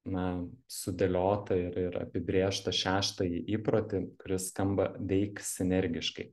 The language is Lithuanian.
na sudėliotą ir ir apibrėžtą šeštąjį įprotį kuris skamba veik sinergiškai